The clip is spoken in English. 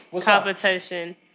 competition